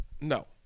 No